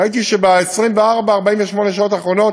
ראיתי שב-24, 48 שעות האחרונות